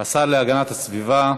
השר להגנת הסביבה,